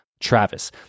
Travis